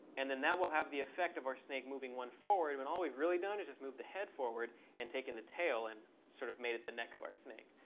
and then that will have the effect of our snake moving one forward when all we've really done is just move the head forward and taken the tail and sort of made it the neck of our snake.